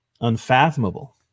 unfathomable